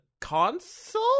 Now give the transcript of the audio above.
console